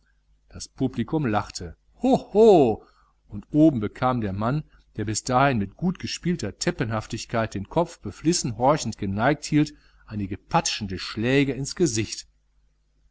das publikum lachte hoho und oben bekam der mann der bis dahin mit gutgespielter teppenhaftigkeit den kopf beflissen horchend geneigt hielt einige patschende schläge ins gesicht